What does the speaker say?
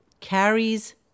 Carrie's